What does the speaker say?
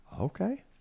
okay